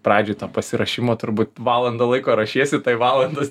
pradžiai to pasiruošimo turbūt valandą laiko ruošiesi tai valandos